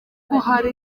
hari